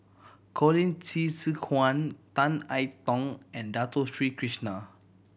Colin Qi Zhe Quan Tan I Tong and Dato Sri Krishna